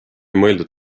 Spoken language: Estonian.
mõeldud